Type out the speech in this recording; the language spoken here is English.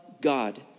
God